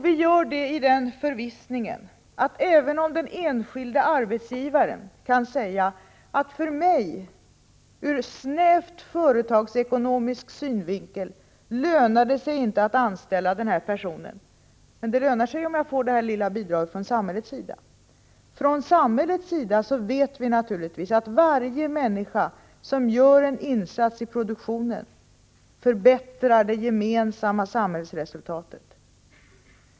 Vi vet att den enskilde arbetsgivaren ofta kan säga sig att det ur snävt företagsekonomisk synvinkel inte lönar sig att anställa personen i fråga, men att det skulle löna sig om man fick detta lilla bidrag från samhället. Från samhällets sida vet vi naturligtvis att varje människa som gör en insats i produktionen förbättrar det gemensamma samhällsresultatet.